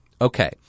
Okay